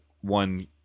one